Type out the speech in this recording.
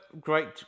great